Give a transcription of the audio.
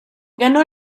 ganó